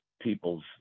people's